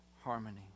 Harmony